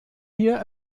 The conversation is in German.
hier